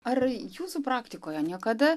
ar jūsų praktikoje niekada